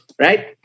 Right